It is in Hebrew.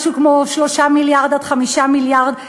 משהו כמו 3 מיליארד עד 5 מיליארד שקלים,